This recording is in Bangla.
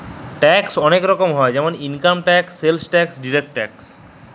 ট্যাক্সের বহুত রকম হ্যয় যেমল income tax, sales tax, direct tax